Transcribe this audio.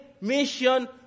mission